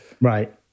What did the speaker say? Right